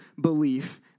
belief